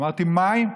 אמרתי: מים?